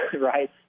right